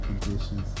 conditions